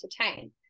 entertain